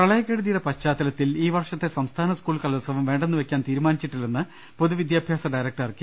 പ്രളയക്കെടുതിയുടെ പശ്ചാത്തലത്തിൽ ഈ വർഷത്തെ സംസ്ഥാന സ്കൂൾ കലോത്സവം വേണ്ടെന്ന് വെയ്ക്കാൻ തീരു മാനിച്ചിട്ടില്ലെന്ന് പൊതുവിദ്യാഭ്യാസ ഡയറക്ടർ കെ